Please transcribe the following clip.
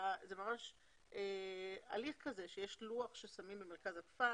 זה הליך כזה שיש לוח ששמים במרכז הכפר,